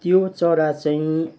त्यो चरा चाहिँ